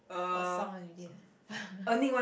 got song already eh